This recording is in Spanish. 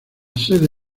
sede